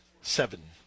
seven